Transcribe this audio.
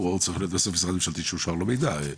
זה צריך בסוף להיות משרד ממשלתי שאושרה לו קבלת המידע.